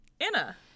anna